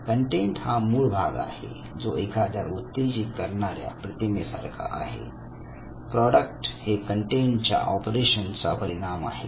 content हा मूळ भाग आहे जो एखाद्या उत्तेजित करणाऱ्या प्रतिमे सारखा आहे प्रॉडक्ट हे कंटेट च्या ऑपरेशन चा परिणाम आहे